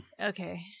Okay